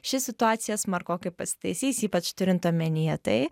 ši situacija smarkokai pasitaisys ypač turint omenyje tai